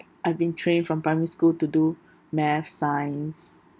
I've been trained from primary school to do math science